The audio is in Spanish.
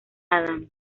adam